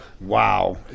Wow